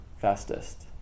fastest